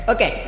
Okay